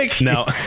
no